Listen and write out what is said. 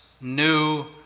new